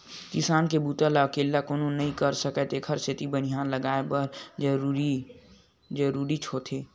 किसानी के बूता ल अकेल्ला कोनो नइ कर सकय तेखर सेती बनिहार लगये बर जरूरीच होथे